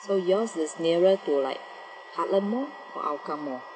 so yours is nearer to like heartland mall or hougang mall